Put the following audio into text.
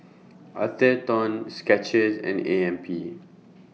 Atherton Skechers and A M P